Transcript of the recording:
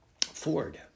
Ford